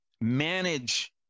manage